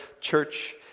church